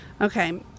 okay